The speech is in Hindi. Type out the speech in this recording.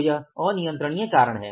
तो यह अनियंत्रणिय कारण है